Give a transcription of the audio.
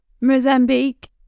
Mozambique